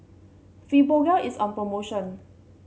Fibogel is on promotion